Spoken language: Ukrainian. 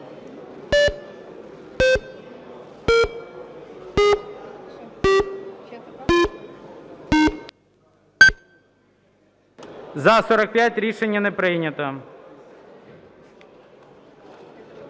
За-74 Рішення не прийнято.